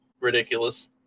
ridiculous